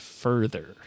further